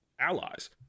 allies